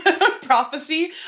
prophecy